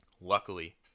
Luckily